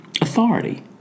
authority